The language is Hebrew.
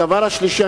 דבר שלישי,